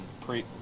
pre